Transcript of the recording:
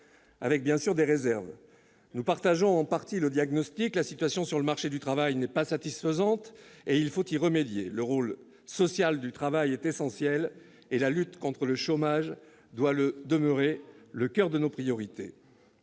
bien sûr, des réserves. Nous partageons en partie le diagnostic : la situation du marché du travail n'est pas satisfaisante et il faut y remédier. Le rôle social du travail est essentiel et la lutte contre le chômage doit demeurer le coeur de nos priorités.